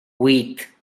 vuit